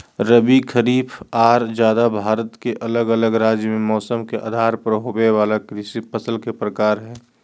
रबी, खरीफ आर जायद भारत के अलग अलग राज्य मे मौसम के आधार पर होवे वला कृषि फसल के प्रकार हय